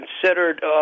considered